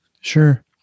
Sure